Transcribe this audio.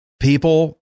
people